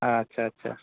ᱟᱪᱷᱟ ᱟᱪᱷᱟ